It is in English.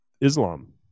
Islam